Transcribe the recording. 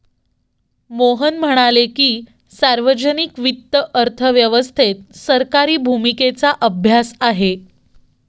मोहन म्हणाले की, सार्वजनिक वित्त अर्थव्यवस्थेत सरकारी भूमिकेचा अभ्यास आहे